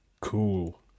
Cool